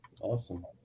Awesome